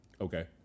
Okay